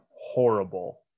horrible